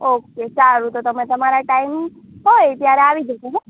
okay તો સારું તો તમે તમારા ટાઇમ હોય ત્યારે આવી જજો